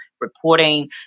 reporting